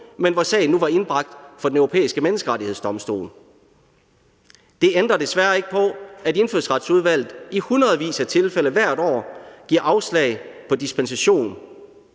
men hvor sagen nu var indbragt for Den Europæiske Menneskerettighedsdomstol. Det ændrer desværre ikke på, at Indfødsretsudvalget i hundredvis af tilfælde hvert år giver afslag på dispensation.